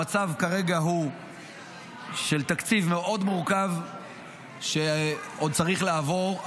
המצב כרגע הוא של תקציב מאוד מורכב שעוד צריך לעבור,